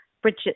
Bridget